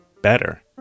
better